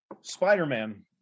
Spider-Man